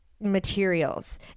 Materials